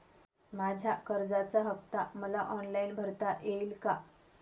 माझ्या कर्जाचा हफ्ता मला ऑनलाईन भरता येईल का?